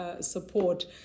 support